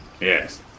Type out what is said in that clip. yes